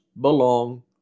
belong